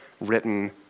written